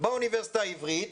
באוניברסיטה העברית,